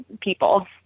people